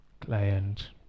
Client